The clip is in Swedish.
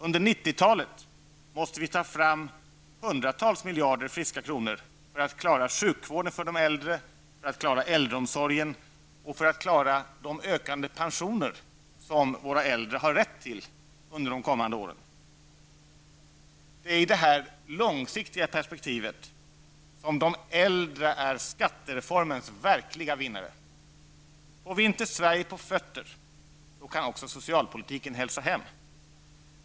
Under 90 talet måste vi ta fram hundratals miljarder friska kronor för att klara sjukvården för de äldre, för att klara äldreomsorgen och för att klara de ökande pensioner som våra äldre har rätt till under de kommande åren. Det är i det här långsiktiga perspektivet som de äldre är skattereformens verkliga vinnare. Får vi inte Sverige på fötter kan också socialpolitiken hälsa hem.